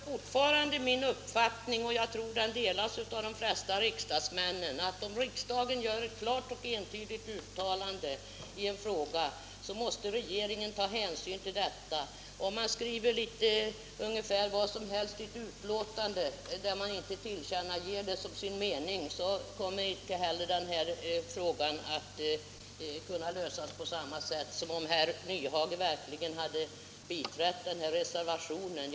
Herr talman! Jag vidhåller fortfarande min uppfattning — och jag tror att den delas av de flesta riksdagsledamöterna — att om riksdagen gör ett klart och entydigt ställningstagande till reservationen så måste regeringen ta hänsyn till detta. I en allmän skrivning i ett betänkande har man inte på samma sätt möjlighet att ge eftertryck för sin mening. Boråsregionens problem hade kunnat lösas på ett helt annat sätt om herr Nyhage och andra borgerliga ledamöter hade biträtt reservationen.